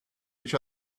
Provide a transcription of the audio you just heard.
each